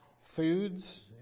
foods